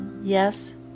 Yes